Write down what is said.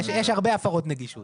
יש הרבה הפרות נגישות.